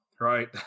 Right